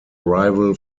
rival